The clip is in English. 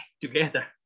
together